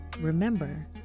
Remember